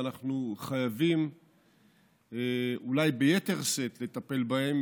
ואנחנו חייבים אולי ביתר שאת לטפל בהם,